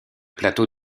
plateau